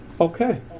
Okay